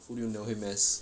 who do you know him as